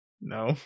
No